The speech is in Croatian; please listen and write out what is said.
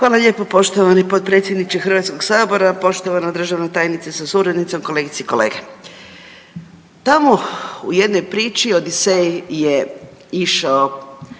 Hvala lijepo poštovani potpredsjedniče HS, poštovana državna tajnice sa suradnicom, kolegice i kolege. Tamo u jednoj priči Odisej je išao